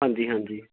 ਹਾਂਜੀ ਹਾਂਜੀ